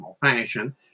fashion